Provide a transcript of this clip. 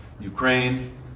Ukraine